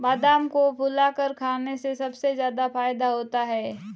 बादाम को फुलाकर खाने से सबसे ज्यादा फ़ायदा होता है